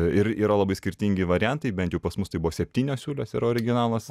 ir yra labai skirtingi variantai bent jau pas mus tai buvo septynios siūlės yra originalas